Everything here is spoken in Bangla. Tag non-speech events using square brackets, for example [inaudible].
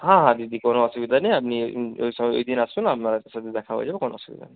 হ্যাঁ হ্যাঁ দিদি কোনো অসুবিধা নেই আপনি ওই [unintelligible] ওই দিন আসুন আপনার সাথে দেখা হয়ে যাবে কোনো অসুবিধা নেই